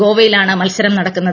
ഗോപ്പിയിലാണ് മത്സരം നടക്കുന്നത്